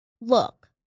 Look